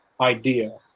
idea